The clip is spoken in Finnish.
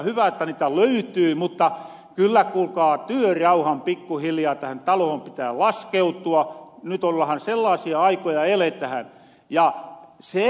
hyvä että niitä löytyy mutta kyllä kuulkaa työrauhan pikkuhiljaa tähän taloon pitää laskeutua nyt ollahan ja eletähän sellaasia aikoja